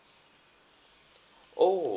oh